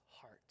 heart